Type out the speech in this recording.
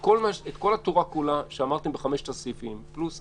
את כל התורה כולה שאמרתם בחמשת הסעיפים פלוס הדימוי,